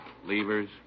levers